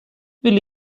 we’re